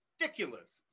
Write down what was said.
ridiculous